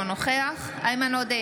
אינו נוכח איימן עודה,